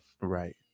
Right